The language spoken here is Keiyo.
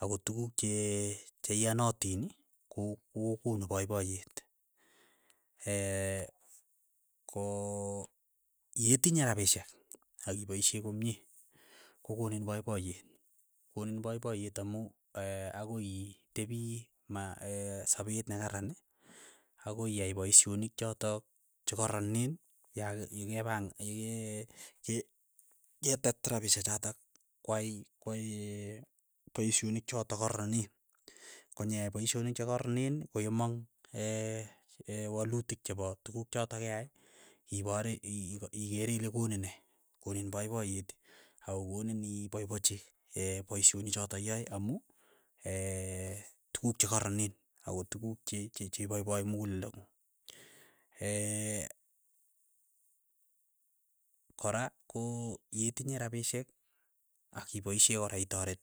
ako tukuk che cheiyanatin, ko ko- konu paipayet, ko yetinye rapishek, akipaishe komie, ko konin paipayet, konin paipayet amu akoi ii itepi ma sapet nekararan, akoi iyai paishonik chotok chekaranen yaka yekepa yeke ke ketet rapishek chotok kwai kwai paishonik chotok koroneen, konyai paishonik chekoraneen, ko yemong' ee walutik chepo tukuk chotok keyai, ipore ii- i- ikere ile konin ne, konin paipayet akokonin ii paipachi paishonik chotok iyae amu tukuk chekoroneen, ako tukuk che che chepaipai mukuleldo. kora yetinye rapishek, ak ipaishe kora itoret.